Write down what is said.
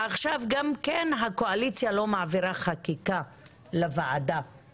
אז קודם כל אני מגיעה לוועדות ככל שיש לי יכולת להגיע.